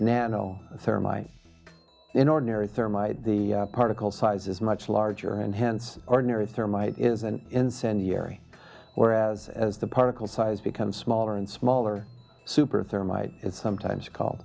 nano thermite in ordinary thermite the particle size is much larger and hence ordinary sir might is an incendiary whereas as the particle size becomes smaller and smaller super thermite is sometimes called